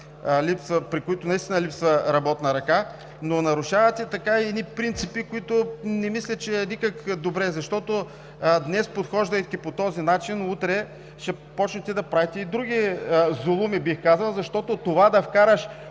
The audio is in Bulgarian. при които наистина липсва работна ръка, но нарушавате така и едни принципи, което мисля, че никак не е добре. Днес подхождайки по този начин, утре ще започнете да правите и други зулуми, бих казал, защото да вкараш